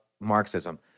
Marxism